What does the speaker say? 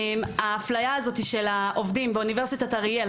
האפליה הזאת של העובדים באוניברסיטת אריאל,